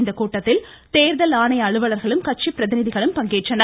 இந்த கூட்டத்தில் தேர்தல் ஆணைய அலுவலர்களும் கட்சி பிரதிநிதிகளும் பங்கேற்றனர்